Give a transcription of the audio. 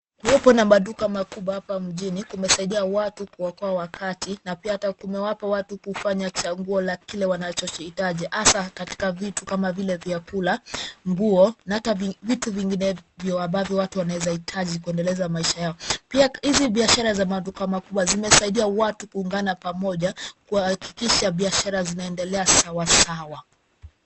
Kuwepo na maduka makubwa hapa mjini kumesaidia watu kuokoa wakati na pia hata kumewapa watu kufanya chaguo la kile wanachohitaji hasa katika vitu kama vile vyakula, nguo na hata vitu vinginevyo ambavyo watu wanaweza hitaji kuendeleza maisha yao. Pia hizi biashara za maduka makubwa zimesaidia watu kuungana pamoja kuhakikisha biashara zinaendelea sawasawa.